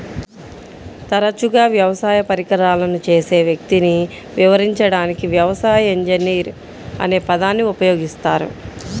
తరచుగా వ్యవసాయ పరికరాలను చేసే వ్యక్తిని వివరించడానికి వ్యవసాయ ఇంజనీర్ అనే పదాన్ని ఉపయోగిస్తారు